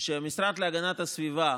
שהמשרד להגנת הסביבה,